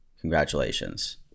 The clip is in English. Congratulations